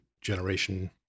generation